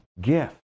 gift